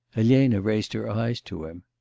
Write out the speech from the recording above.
elena raised her eyes to him.